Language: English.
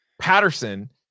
Patterson